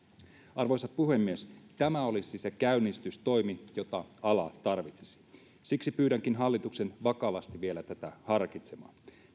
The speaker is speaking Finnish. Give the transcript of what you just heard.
arvoisa puhemies tämä olisi se käynnistystoimi jota ala tarvitsisi siksi pyydänkin hallitusta vakavasti vielä tätä harkitsevan